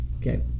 Okay